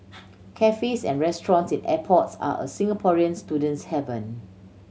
cafes and restaurants in airports are a Singaporean student's haven